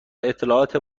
اطلاعات